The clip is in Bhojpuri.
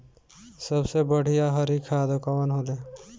सबसे बढ़िया हरी खाद कवन होले?